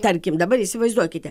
tarkim dabar įsivaizduokite